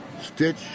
stitch